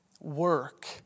Work